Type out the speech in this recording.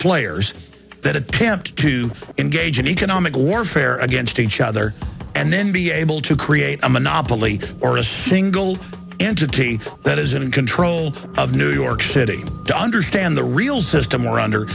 players that it can't to engage in economic warfare against each other and then be able to create a monopoly or a single entity that is in control of new york city to understand the real system or under